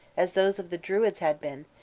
as those of the druids had been,